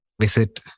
visit